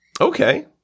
Okay